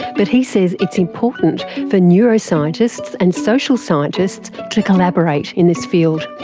but he says it's important for neuroscientists and social scientists to collaborate in this field.